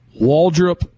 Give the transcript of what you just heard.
Waldrop